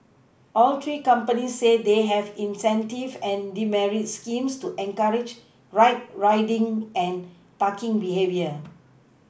all three companies say they have incentive and deMerit schemes to encourage right riding and parking behaviour